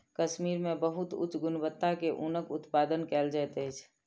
कश्मीर मे बहुत उच्च गुणवत्ता के ऊनक उत्पादन कयल जाइत अछि